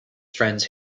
friends